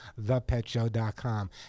thepetshow.com